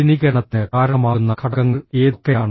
മലിനീകരണത്തിന് കാരണമാകുന്ന ഘടകങ്ങൾ ഏതൊക്കെയാണ്